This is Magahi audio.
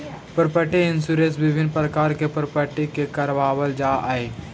प्रॉपर्टी इंश्योरेंस विभिन्न प्रकार के प्रॉपर्टी के करवावल जाऽ हई